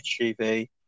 HGV